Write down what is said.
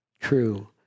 true